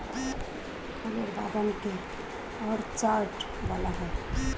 ফলের বাগান কে অর্চার্ড বলা হয়